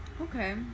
okay